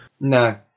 No